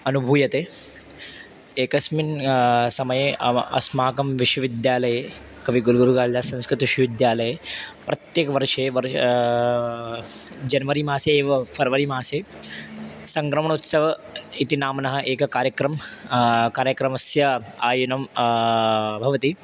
अनुभूयते एकस्मिन् समये एव अस्माकं विश्वविद्यालये कविकुलगुरुकालिदासः संस्कृतविश्वविद्यालये प्रत्येकस्मिन् वर्षे वा जन्वरी मासे एव फ़र्वरि मासे सङ्क्रमणोत्सवः इति नाम्नः एकः कार्यक्रमः कार्यक्रमस्य आयोजनं भवति